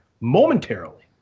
momentarily